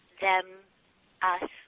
them-us